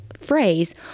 phrase